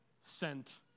sent